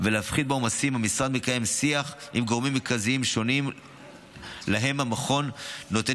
ולהפחית בעומסים המשרד מקיים שיח עם גורמים מרכזיים שונים שהמכון נותן